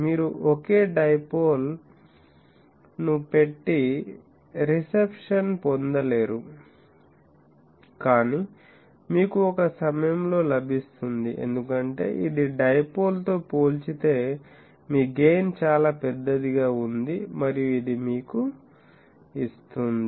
మీరు ఒకే డైపోల్ ను పెట్టి రిసెప్షన్ పొందలేరు కానీ మీకు ఒక సమయం లో లభిస్తుంది ఎందుకంటే ఇది డైపోల్ తో పోల్చితే మీ గెయిన్ చాలా పెద్దదిగా ఉంది మరియు ఇది మీకు ఇస్తుంది